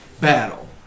battle